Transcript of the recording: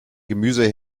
gemüse